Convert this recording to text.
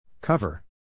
Cover